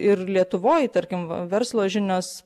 ir lietuvoj tarkim va verslo žinios